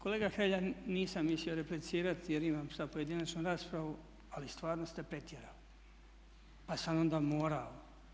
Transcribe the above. Kolega Hrelja, nisam mislio replicirati jer imam sad pojedinačnu raspravu ali stvarno ste pretjerali pa sam onda mora.